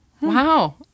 wow